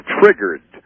triggered